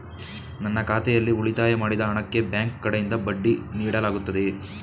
ನನ್ನ ಖಾತೆಯಲ್ಲಿ ಉಳಿತಾಯ ಮಾಡಿದ ಹಣಕ್ಕೆ ಬ್ಯಾಂಕ್ ಕಡೆಯಿಂದ ಬಡ್ಡಿ ನೀಡಲಾಗುತ್ತದೆಯೇ?